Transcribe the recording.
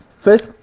First